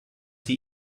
sie